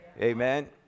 Amen